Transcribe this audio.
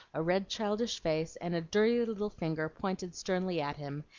a red childish face, and a dirty little finger pointed sternly at him,